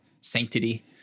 sanctity